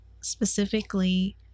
specifically